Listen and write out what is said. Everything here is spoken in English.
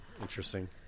Interesting